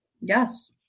Yes